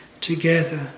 together